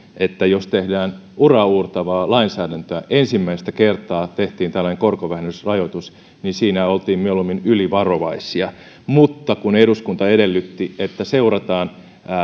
että jos tehdään uraauurtavaa lainsäädäntöä ensimmäistä kertaa tehtiin tällainen korkovähennysrajoitus niin siinä ollaan mieluummin ylivarovaisia mutta eduskunta edellytti että seurataan